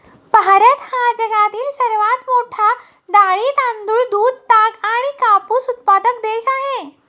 भारत हा जगातील सर्वात मोठा डाळी, तांदूळ, दूध, ताग आणि कापूस उत्पादक देश आहे